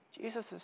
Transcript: Jesus